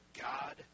God